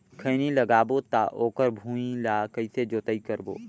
खैनी लगाबो ता ओकर भुईं ला कइसे जोताई करबो?